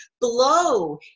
blow